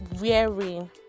wearing